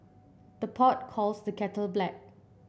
the pot calls the kettle black